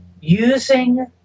using